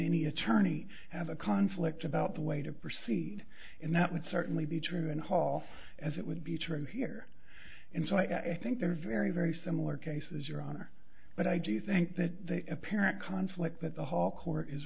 any attorney have a conflict about the way to proceed and that would certainly be true and hall as it would be true here and so i think they're very very similar cases your honor but i do think that the apparent conflict that the